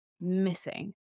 missing